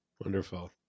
Wonderful